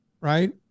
right